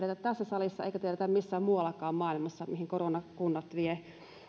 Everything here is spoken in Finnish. tässä salissa eikä tiedetä missään muuallakaan maailmassa mihin korona kunnat vie